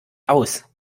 aus